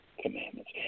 commandments